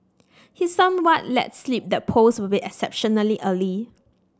he somewhat let slip that polls will be exceptionally early